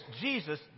Jesus